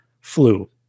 flu